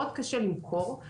מאוד קשה למכור,